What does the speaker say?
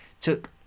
took